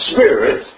Spirit